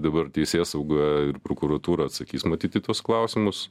dabar teisėsauga ir prokuratūra atsakys matyt į tuos klausimus